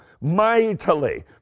mightily